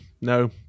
no